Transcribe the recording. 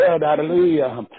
hallelujah